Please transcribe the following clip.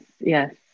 Yes